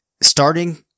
starting